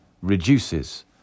reduces